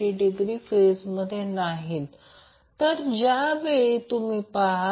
तर आता जर समीकरण 1 मध्ये समजा RL आपण निश्चित धरले आहे